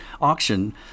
auction